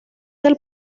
del